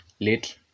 late